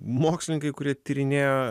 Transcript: mokslininkai kurie tyrinėjo